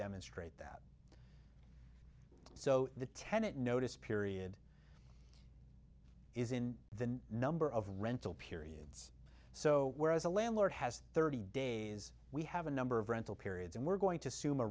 demonstrate that so the tenant notice period is in the number of rental periods so whereas a landlord has thirty days we have a number of rental periods and we're going to assume